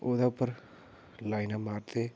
ओह्दै उप्पर लाइनां मारदे